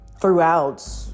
throughout